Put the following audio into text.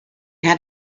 had